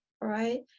right